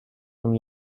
from